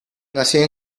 nació